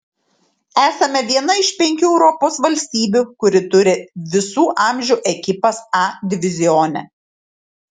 esame viena iš penkių europos valstybių kuri turi visų amžių ekipas a divizione